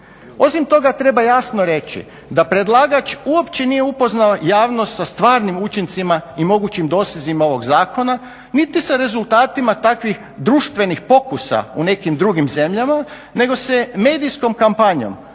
Osim toga, treba jasno reći da predlagač uopće nije upoznao javnost sa stvarnim učincima i mogućim dosezima ovog Zakona, niti sa rezultatima takvih društvenih pokusa u nekim drugim zemljama nego se medijskom kampanjom